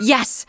Yes